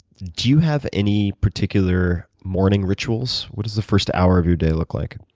do you have any particular morning rituals? what does the first hour of your day look like?